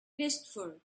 christopher